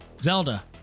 Zelda